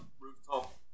Rooftop